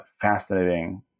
fascinating